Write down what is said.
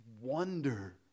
wonder